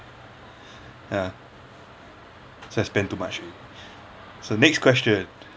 ya just spend too much already so next question